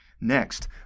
Next